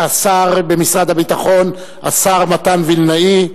לשר במשרד הביטחון, השר מתן וילנאי.